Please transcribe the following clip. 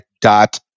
dot